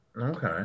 Okay